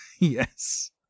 yes